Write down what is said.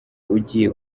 ugiye